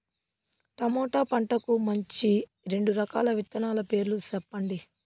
tomato పంటకు మంచి రెండు రకాల విత్తనాల పేర్లు సెప్పండి